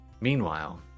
Meanwhile